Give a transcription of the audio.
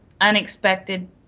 unexpected